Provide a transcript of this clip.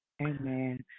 Amen